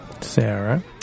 Sarah